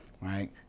right